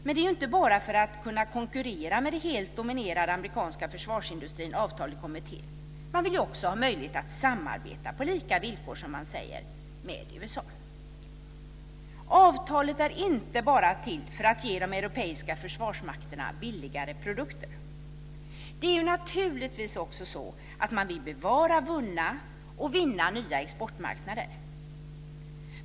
Men det är inte bara för att konkurrera med den helt dominerande amerikanska försvarsindustrin som avtalet kommit till. Man vill också ha möjlighet att samarbeta på lika villkor, som man säger, med USA. Avtalet är inte bara till för att ge de europeiska försvarsmakterna billigare produkter. Det är naturligtvis också så att man vill bevara vunna exportmarknader och vinna nya.